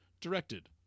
Directed